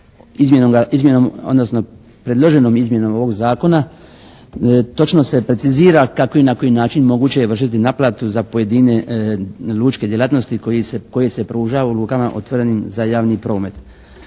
predloženom izmjenom ovog zakona točno se precizira kako i na koji način moguće je vršiti naplatu za pojedine lučke djelatnosti koje se pružaju u lukama otvorenim za javni promet.